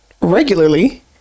regularly